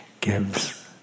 gives